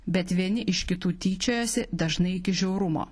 bet vieni iš kitų tyčiojosi dažnai iki žiaurumo